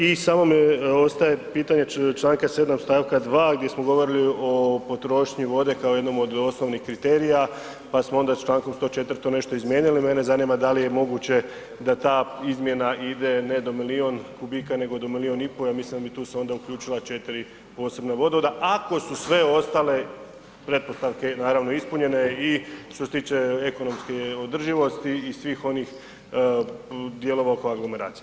I samo mi ostaje pitanje Članka 7. stavka 2. gdje smo govorili o potrošnji vode kao jednom od osnovnih kriterija, pa smo onda u Članku 104. to ne izmijenili, mene zanima da li je moguće da ta izmjena ide ne do milion kubika nego do 1,5 milion ja mislim da bi tu se onda uključila 4 posebna vodovoda ako su sve ostale pretpostavke naravno ispunjene i što se tiče ekonomske održivosti i svih onih dijelova oko aglomeracije.